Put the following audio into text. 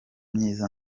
myiza